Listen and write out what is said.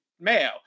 Mayo